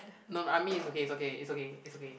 no I mean it's okay it's okay it's okay it's okay